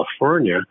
California